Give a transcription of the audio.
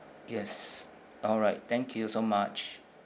yes alright thank you so much